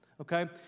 Okay